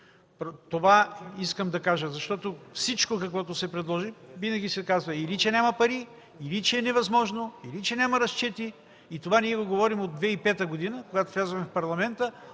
Това искам да кажа. За всичко, което се предложи, винаги се казва или че няма пари, или че е невъзможно, или че няма разчети и това ние го говорим от 2005 г., когато влязохме в Парламента.